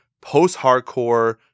post-hardcore